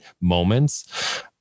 moments